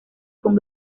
con